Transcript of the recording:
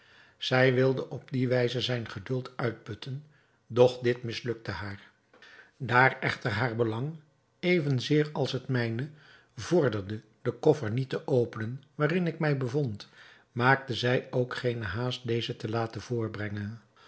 zij wilde op die wijze zijn geduld uitputten doch dit mislukte haar daar echter haar belang even zeer als het mijne vorderde den koffer niet te openen waarin ik mij bevond maakte zij ook geene haast dezen te laten voorbrengen